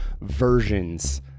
versions